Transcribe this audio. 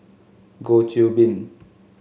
Goh Qiu Bin